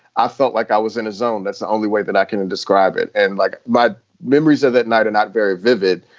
i felt like i was in a zone. that's the only way that i can and describe it. and like my memories of that night are not very vivid.